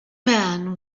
man